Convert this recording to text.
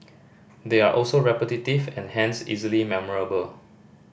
they are also repetitive and hence easily memorable